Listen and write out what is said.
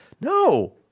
No